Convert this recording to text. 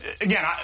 Again